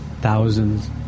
thousands